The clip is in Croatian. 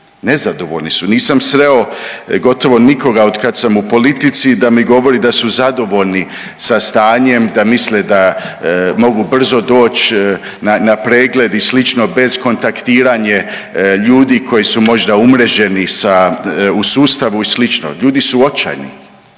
nezadovoljni su. Nisam sreo gotovo nikoga od kad sam u politici da mi govori da su zadovoljni sa stanjem, da misle da mogu brzo doći na pregled i slično bez kontaktiranja ljudi koji su možda umreženi u sustavu i silino. Ljudi su očajni,